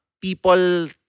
people